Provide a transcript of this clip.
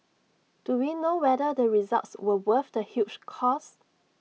do we know whether the results were worth the huge cost